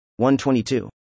122